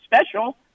special